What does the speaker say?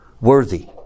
Worthy